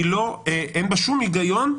אין בה שום היגיון.